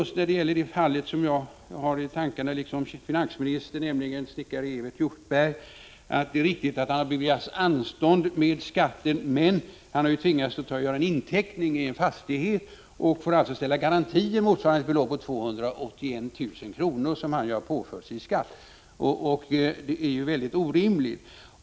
I det fall som jag har i tankarna, liksom finansministern, nämligen snickaren Evert Hjortberg, är det riktigt att denne beviljats anstånd med skatten, men han har ju tvingats att göra en inteckning i en fastighet och får alltså ställa garantier motsvarande ett belopp på 281 000 kr. som han har påförts i skatt. Detta är fullständigt orimligt.